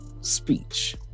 speech